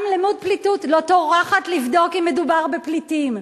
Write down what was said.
עם למוד פליטות, לא טורחת לבדוק אם מדובר בפליטים.